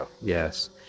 Yes